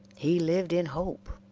he lived in hope,